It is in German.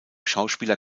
schauspieler